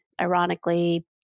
ironically